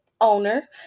owner